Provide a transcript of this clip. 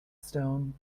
stone